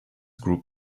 group